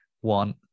one